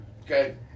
Okay